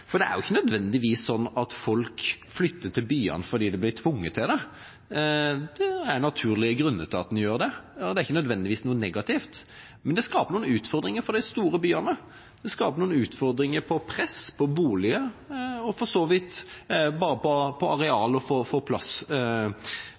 For det er jo ikke nødvendigvis sånn at folk flytter til byene fordi de blir tvunget til det. Det er naturlige grunner til at en gjør det, og det er ikke nødvendigvis noe negativt. Men det skaper noen utfordringer for de store byene, det skaper noen utfordringer med hensyn til press på boliger og for så vidt på